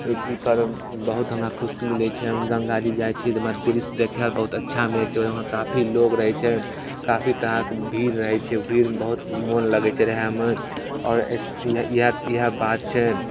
ई ई पर्व बहुत हमरा खुशी मिलय छै गंगाजी जाइ छी तऽ हमरा दृश्य देखयमे बहुत अच्छा मिलय छै वहाँ काफी लोग रहय छै काफी तरहक भीड़ रहय छै उ भीड़मे बहुत मोन लगय छै रहयमे आओर इस इएह इएह बात छनि